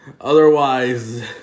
Otherwise